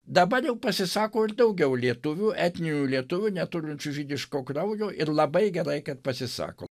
dabar jau pasisako ir daugiau lietuvių etninių lietuvių neturinčių žydiško kraujo ir labai gerai kad pasisako